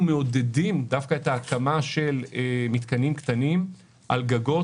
אנחנו מעודדים דווקא את ההקמה של מתקנים קטנים על גגות,